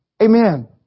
Amen